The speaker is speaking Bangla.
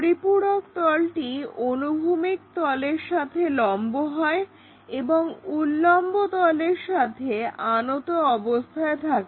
পরিপূরক তলটি অনুভূমিক তলের সাথে লম্ব হয় এবং উল্লম্ব তলে আনত অবস্থায় থাকে